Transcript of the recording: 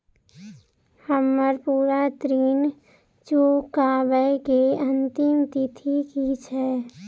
हम्मर पूरा ऋण चुकाबै केँ अंतिम तिथि की छै?